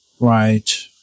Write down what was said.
Right